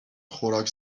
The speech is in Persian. خوراک